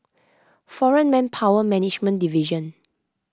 foreign Manpower Management Division